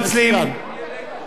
תחליטו,